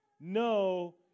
no